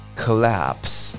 collapse